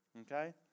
Okay